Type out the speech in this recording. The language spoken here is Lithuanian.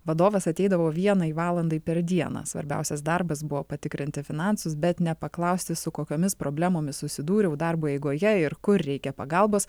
vadovas ateidavo vienai valandai per dieną svarbiausias darbas buvo patikrinti finansus bet nepaklausti su kokiomis problemomis susidūriau darbo eigoje ir kur reikia pagalbos